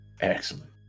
excellent